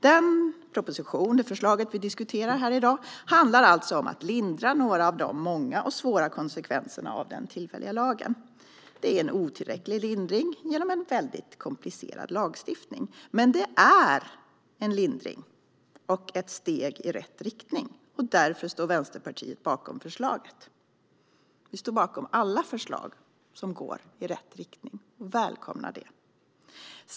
Den proposition som vi diskuterar här i dag handlar alltså om att lindra några av de många och svåra konsekvenserna av den tillfälliga lagen. Det är en otillräcklig lindring i fråga om en mycket komplicerad lagstiftning. Men det är en lindring och ett steg i rätt riktning. Därför står Vänsterpartiet bakom förslaget. Vi står bakom alla förslag som går i rätt riktning. Vi välkomnar detta.